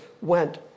went